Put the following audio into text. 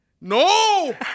No